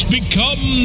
Become